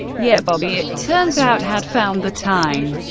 yet bobby, it turns out, had found the time!